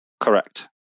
Correct